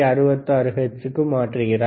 66 ஹெர்ட்ஸுக்கு மாற்றுகிறார்